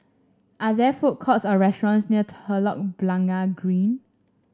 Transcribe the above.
are there food courts or restaurants near Telok Blangah Green